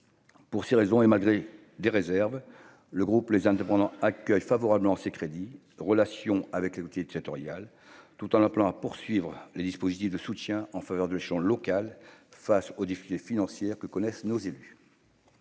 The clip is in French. pour ces raisons, et malgré des réserves, le groupe, les indépendants, accueille favorablement ces crédits, relation avec les tutorial tout en appelant à poursuivre les dispositifs de soutien en faveur de l'échelon local face aux difficultés financières que connaissent nos élus.